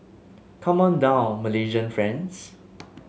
come on down Malaysian friends